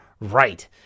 right